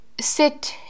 sit